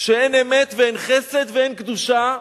שאין אמת, ואין חסד, ואין קדושה,